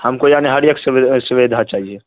ہم کو جانے ہر ایک سویدھا چاہیے